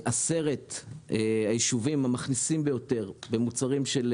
עשרת היישובים המכניסים ביותר במוצרים של